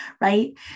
right